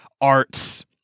arts